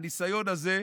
הניסיון הזה,